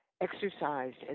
exercised